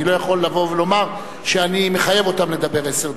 אני לא יכול לומר שאני מחייב אותם לדבר עשר דקות.